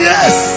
Yes